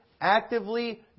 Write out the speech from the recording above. actively